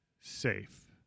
safe